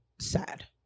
sad